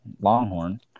Longhorn